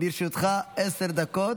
לרשותך עשר דקות.